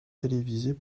télévisées